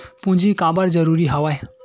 पूंजी काबर जरूरी हवय?